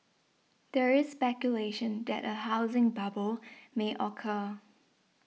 there is speculation that a housing bubble may occur